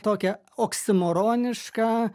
tokią oksimorononišką